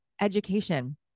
education